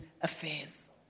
affairs